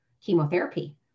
chemotherapy